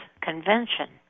convention